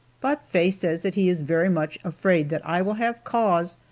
but faye says that he is very much afraid that i will have cause,